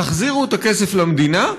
תחזירו את הכסף למדינה,